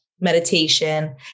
meditation